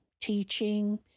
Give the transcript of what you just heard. teaching